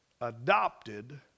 adopted